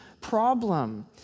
problem